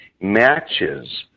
matches